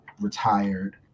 retired